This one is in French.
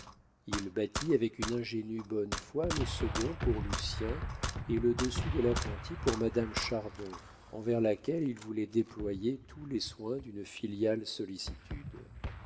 il bâtit avec une ingénue bonne foi le second pour lucien et le dessus de l'appentis pour madame chardon envers laquelle il voulait déployer tous les soins d'une filiale sollicitude